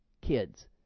kids